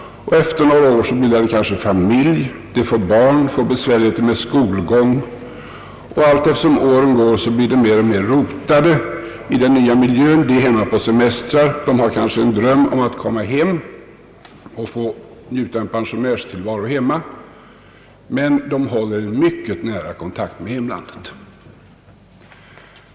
Efter några år bildar de kanske familj. De får barn och därmed besvärligheter med skolgång. Allteftersom åren går blir de alltmer rotade i den nya miljön. De kanske är hemma på semester och drömmer om att komma hem och få njuta en pensionärstillvaro hemma. De håller emellertid en mycket nära kontakt med hemlandet.